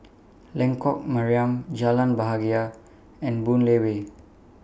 Lengkok Mariam Jalan Bahagia and Boon Lay Way